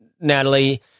Natalie